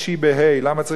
למה צריך את הה"א?